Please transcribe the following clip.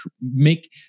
make